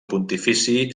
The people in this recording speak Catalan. pontifici